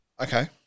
Okay